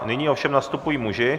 Nyní ovšem nastupují muži.